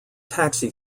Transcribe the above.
taxi